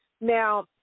Now